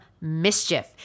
Mischief